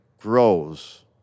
grows